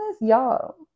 y'all